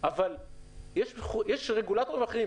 אבל יש רגולטורים אחרים.